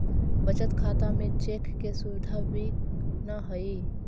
बचत खाता में चेक के सुविधा भी न हइ